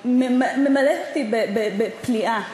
ממלאת אותי בפליאה